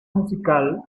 musical